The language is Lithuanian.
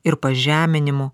ir pažeminimu